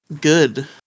Good